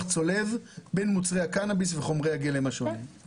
צולב בין מוצרי הקנאביס וחומרי הגלם השונים".